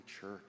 church